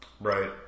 Right